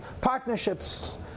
partnerships